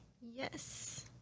Yes